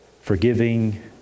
forgiving